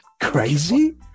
crazy